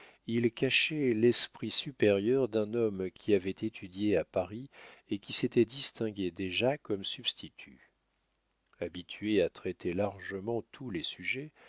il cachait l'esprit supérieur d'un homme qui avait étudié à paris et qui s'était distingué déjà comme substitut habitué à traiter largement tous les sujets